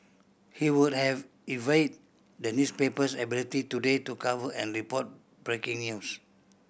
he would have envied the newspaper's ability today to cover and report breaking news